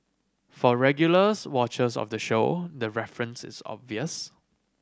for regulars watchers of the show the reference is obvious